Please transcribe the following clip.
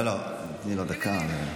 לא, לא, תני לו דקה.